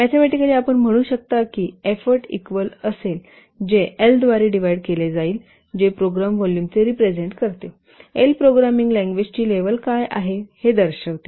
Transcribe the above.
mathematically आपण म्हणू शकता की एफोर्ट इक्वल असेल जे एलद्वारे डिव्हाईड केले जाईल जे प्रोग्राम व्हॉल्यूमचे रिप्रेझेन्ट करते एल प्रोग्रामिंग लँग्वेजची लेव्हल काय आहे हे दर्शवते